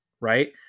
Right